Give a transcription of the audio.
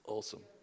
Awesome